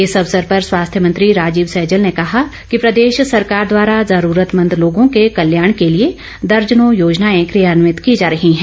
इस अवसर पर स्वास्थ्य मंत्री राजीव सैजल ने कहा कि प्रदेश सरकार द्वारा जरूरतमंद लोगों के कल्याण के लिए दर्जनों योजनाएं क्रियान्वित की जा रही हैं